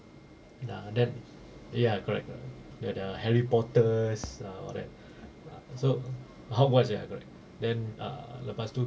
ah then ya correct correct the the harry potters ah all that so hogwarts ya correct then uh lepas tu